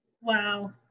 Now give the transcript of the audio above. Wow